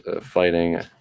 fighting